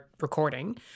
recording